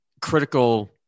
critical